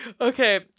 Okay